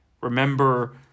remember